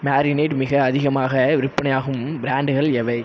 marinate மிக அதிகமாக விற்பனையாகும் ப்ராண்டுகள் எவை